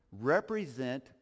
Represent